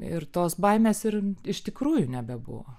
ir tos baimės ir iš tikrųjų nebebuvo